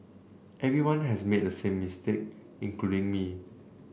everyone has made the same mistake including me